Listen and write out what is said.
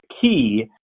key